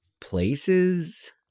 places